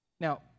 Now